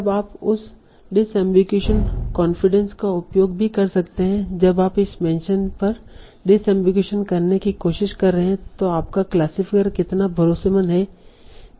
तब आप उस डिसएमबीगुइशन कॉन्फिडेंस का उपयोग भी कर सकते हैं जब आप इस मेंशन पर डिसएमबीगुइशन करने की कोशिश कर रहे हों कि आपका क्लासिफायर कितना भरोसेमंद है